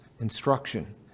instruction